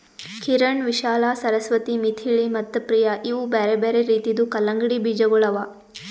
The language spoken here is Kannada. ಕಿರಣ್, ವಿಶಾಲಾ, ಸರಸ್ವತಿ, ಮಿಥಿಳಿ ಮತ್ತ ಪ್ರಿಯ ಇವು ಬ್ಯಾರೆ ಬ್ಯಾರೆ ರೀತಿದು ಕಲಂಗಡಿ ಬೀಜಗೊಳ್ ಅವಾ